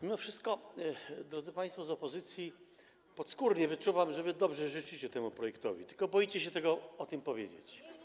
Mimo wszystko, drodzy państwo z opozycji, podskórnie wyczuwam, że wy dobrze życzycie temu projektowi, tylko boicie się o tym powiedzieć.